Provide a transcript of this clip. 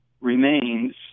remains